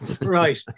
Right